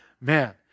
man